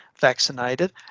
vaccinated